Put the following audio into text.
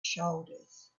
shoulders